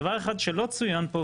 דבר אחד שלא צוין פה,